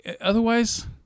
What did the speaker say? Otherwise